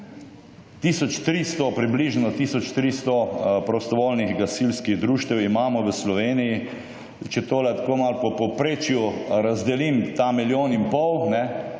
tisoč tristo prostovoljnih gasilskih društev imamo v Sloveniji. Če tole tako malo po povprečju razdelim, ta milijon in pol; res